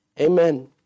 amen